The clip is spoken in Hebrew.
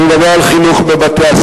אני מדבר על חינוך בבתי-הספר,